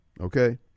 okay